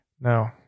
No